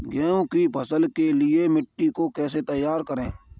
गेहूँ की फसल के लिए मिट्टी को कैसे तैयार करें?